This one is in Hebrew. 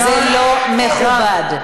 זה לא מכובד.